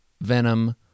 Venom